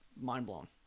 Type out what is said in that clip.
mind-blown